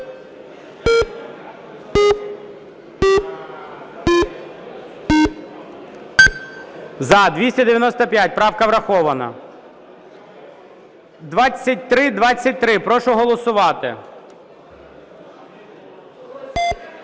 За-295 Правка врахована. 2323. прошу голосувати.